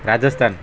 Rajasthan